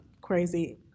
crazy